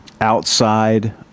Outside